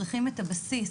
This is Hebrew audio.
אנחנו צריכים את הבסיס,